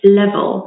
level